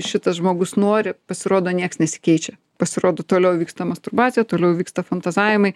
šitas žmogus nori pasirodo nieks nesikeičia pasirodo toliau vyksta masturbacija toliau vyksta fantazavimai